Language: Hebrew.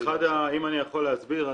אם אני יכול להסביר,